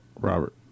Robert